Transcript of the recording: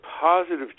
positive